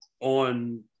on